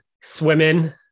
swimming